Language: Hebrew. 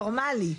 נורמלי,